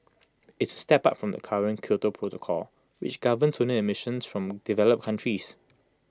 IT is A step up from the current Kyoto protocol which governs only emissions from developed countries